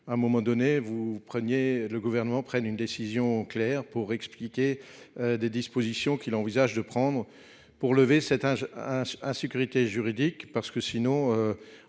un moment donné, prenne une décision claire et explique les dispositions qu'il envisage de prendre pour lever cette insécurité juridique. Sinon,